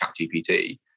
ChatGPT